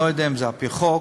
אני לא יודע אם זה על-פי חוק,